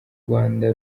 rwanda